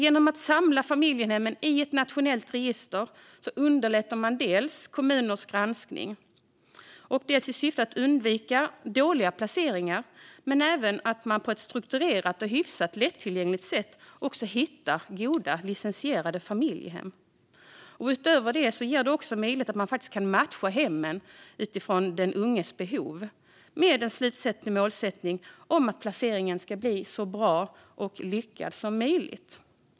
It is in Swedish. Genom att samla familjehemmen i ett nationellt register underlättar man kommunernas granskning, dels i syfte att undvika dåliga placeringar, dels för att man på ett strukturerat och hyfsat lättillgängligt sätt ska hitta goda, licentierade familjehem. Utöver detta ger det möjlighet att matcha hemmet med den unges behov, med målsättningen att placeringen ska bli så bra och lyckad som möjligt.